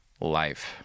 life